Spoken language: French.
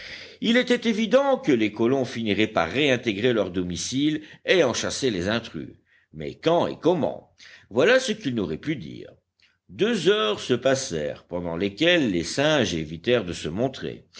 il était évident que les colons finiraient par réintégrer leur domicile et en chasser les intrus mais quand et comment voilà ce qu'ils n'auraient pu dire deux heures se passèrent pendant lesquelles les singes évitèrent de se montrer